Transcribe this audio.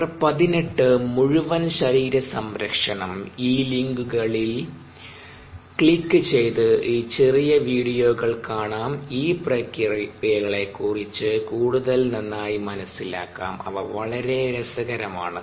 number 18 മുഴുവൻ ശരീര സംരക്ഷണം ഈ ലിങ്കുകളിൽ ക്ലിക്ക്ക്ലിക്ക് ചെയ്ത് ഈ ചെറിയ വീഡിയോകൾ കാണാം ഈ പ്രക്രിയകളെ കുറിച്ച് കൂടുതൽ നന്നായി മനസ്സിലാക്കാം അവ വളരെ രസകരമാണ്